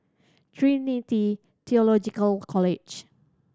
Trinity Theological College